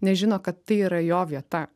nes žino kad tai yra jo vieta